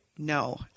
No